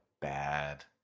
bad